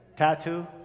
Tattoo